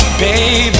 Baby